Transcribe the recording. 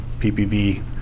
PPV